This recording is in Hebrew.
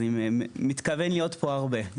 אז אני מתכוון להיות פה הרבה.